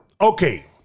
okay